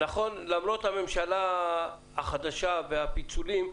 נכון, למרות הממשלה החדשה והפיצולים,